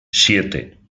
siete